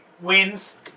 wins